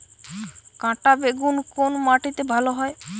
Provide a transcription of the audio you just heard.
কাঁটা বেগুন কোন মাটিতে ভালো হয়?